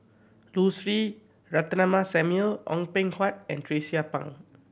Lucy Ratnammah Samuel Ong Peng Hock and Tracie Pang